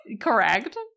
Correct